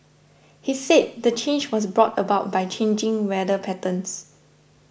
he said the change was brought about by changing weather patterns